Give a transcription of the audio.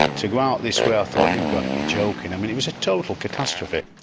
to go out this way i thought, you've got to be joking. um and it was a total catastrophe.